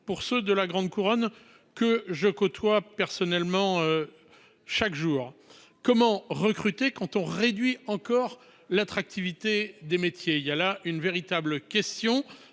ceux de la grande couronne, que je côtoie personnellement chaque jour. Comment recruter quand on réduit encore l'attractivité des métiers ? C'est une véritable question.